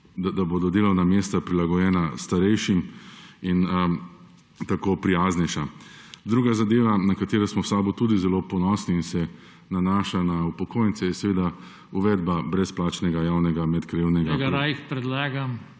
da bodo delovna mesta prilagojena starejšim in tako prijaznejša. Druga zadeva, na katero smo v SAB tudi zelo ponosni in se nanaša na upokojence, je seveda uvedba brezplačnega javnega medkrajevnega